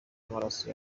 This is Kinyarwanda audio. amaraso